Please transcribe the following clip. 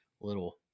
little